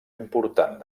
important